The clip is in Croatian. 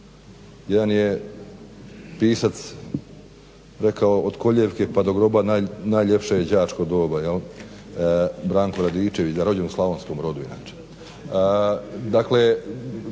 Jedan je pisac rekao od kolijevke pa do groba najljepše je đačko doba jel' – Branko Radičević rođen u Slavonskom Brodu